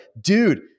dude